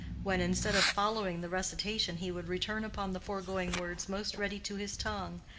when, instead of following the recitation he would return upon the foregoing words most ready to his tongue,